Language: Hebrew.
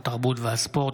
התרבות והספורט.